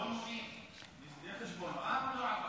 עבר או לא עבר?